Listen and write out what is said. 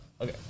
Okay